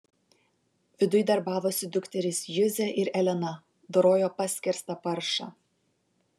viduj darbavosi dukterys juzė ir elena dorojo paskerstą paršą